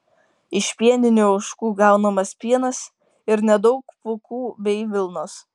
iš pieninių ožkų gaunamas pienas ir nedaug pūkų bei vilnos